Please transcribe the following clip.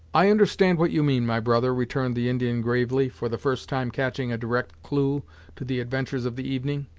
i understand what you mean, my brother, returned the indian gravely, for the first time catching a direct clue to the adventures of the evening.